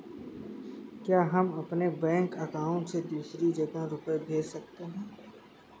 क्या हम अपने बैंक अकाउंट से दूसरी जगह रुपये भेज सकते हैं?